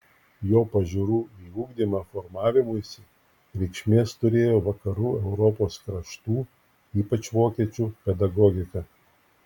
jo pažiūrų į ugdymą formavimuisi reikšmės turėjo vakarų europos kraštų ypač vokiečių pedagogika